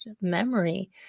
memory